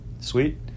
Sweet